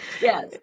yes